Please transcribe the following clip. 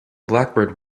blackbird